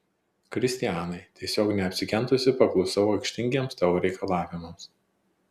kristianai tiesiog neapsikentusi paklusau aikštingiems tavo reikalavimams